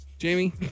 Jamie